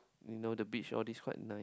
you know the beach all these quite nice